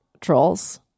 trolls